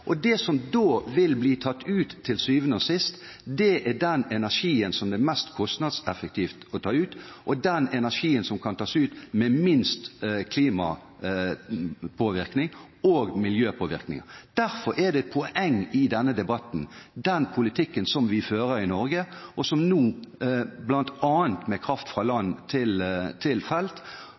av fossile brensler. Da må vi sørge for at fornybar energi blir konkurransedyktig, at vi får energieffektivisering. Det som til syvende og sist vil bli tatt ut, er den energien som det er mest kostnadseffektivt å ta ut, og som påvirker klimaet og miljøet minst. Derfor er det et poeng i denne debatten at det er den politikken vi fører i Norge nå – bl.a. kraft fra land til felt